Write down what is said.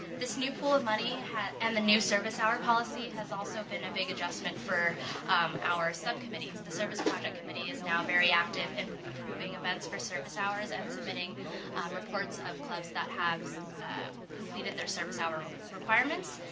this new pool of money and the new service hour policy has also been a big adjustment for our subcommittees. the service project committee is now very active in improving events for service hours and submitting reports of clubs that have completed their service hour requirements.